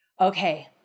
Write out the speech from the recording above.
Okay